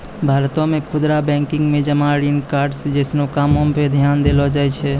भारतो मे खुदरा बैंकिंग मे जमा ऋण कार्ड्स जैसनो कामो पे ध्यान देलो जाय छै